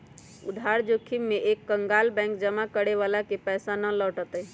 उधार जोखिम में एक कंकगाल बैंक जमा करे वाला के पैसा ना लौटय तय